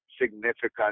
significant